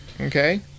Okay